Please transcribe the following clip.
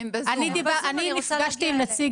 הם בזום, אני רוצה להגיע אליהם.